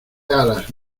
alas